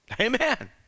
Amen